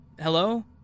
Hello